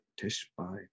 Tishbite